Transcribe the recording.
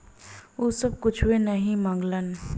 उ सब कुच्छो नाही माँगलन